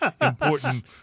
important